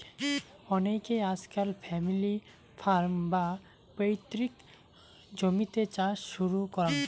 অনেইকে আজকাল family farm, বা পৈতৃক জমিতে চাষ শুরু করাং